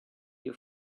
your